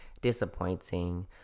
disappointing